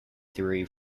theory